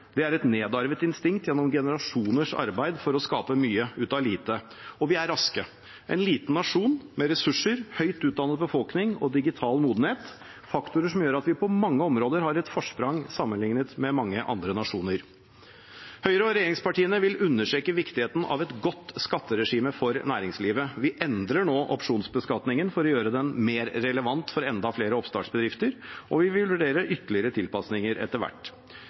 omstillingsdyktige – et nedarvet instinkt gjennom generasjoners arbeid for å skape mye ut av lite – og vi er raske. En liten nasjon, med ressurser, høyt utdannet befolkning og digital modenhet – faktorer som gjør at vi på mange områder har et forsprang sammenlignet med mange andre nasjoner. Høyre og regjeringspartiene vil understreke viktigheten av et godt skatteregime for næringslivet. Vi endrer nå opsjonsbeskatningen for å gjøre den mer relevant for enda flere oppstartsbedrifter, og vi vil vurdere ytterligere tilpasninger etter hvert.